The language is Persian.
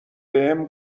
بهم